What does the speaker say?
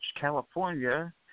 California